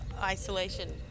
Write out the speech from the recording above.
isolation